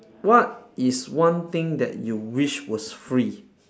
what is one thing that you wish was free